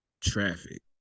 Traffic